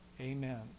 amen